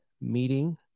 meeting